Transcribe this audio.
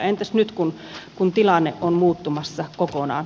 entäs nyt kun tilanne on muuttumassa kokonaan